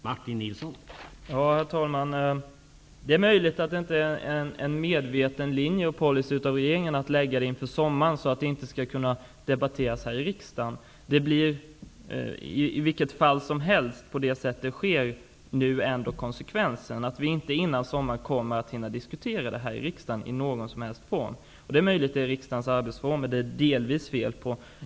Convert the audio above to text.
Herr talman! Det är möjligt att det inte är en medveten linje och policy av regeringen att lägga fram förslaget inför sommaren så att det inte skall kunna debatteras här i riksdagen. Detta blir i vilket fall som helst konsekvensen när det sker på det här sättet. Vi kommer inte att hinna att diskutera det i någon form här i riksdagen innan sommaren. Det är möjligt att det delvis är fel på riksdagens arbetsformer.